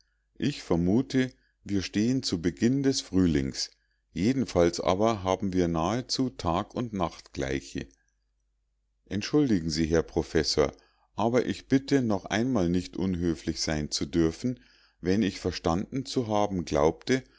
ich vermute wir stehen zu beginn des frühlings jedenfalls aber haben wir nahezu tag und nachtgleiche entschuldigen der herr professor aber ich bitte noch einmal nicht unhöflich sein zu dürfen wenn ich verstanden zu haben glaubte